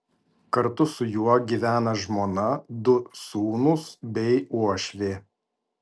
kartu su juo gyvena žmona du sūnūs bei uošvė